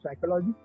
Psychology